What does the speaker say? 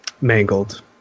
mangled